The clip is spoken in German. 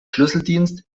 schlüsseldienst